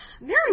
Mary